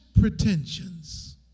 pretensions